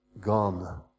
gone